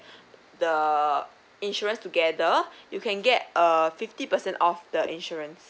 the insurance together you can get uh fifty percent of the insurance